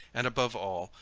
and, above all,